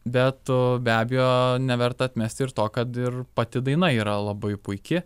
bet be abejo neverta atmesti ir to kad ir pati daina yra labai puiki